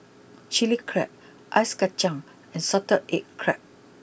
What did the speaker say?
Chilli Crab Ice Kacang and Salted Egg Crab